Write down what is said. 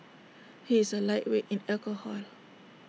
he is A lightweight in alcohol